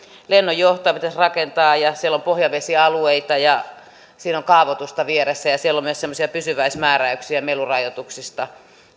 lennonjohtoa se pitäisi rakentaa ja siellä on pohjavesialueita ja on kaavoitusta vieressä ja siellä on myös semmoisia pysyväismääräyksiä melurajoituksista